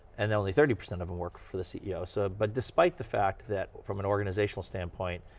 and only thirty percent of them work for the ceo. so but despite the fact that from an organizational stand point,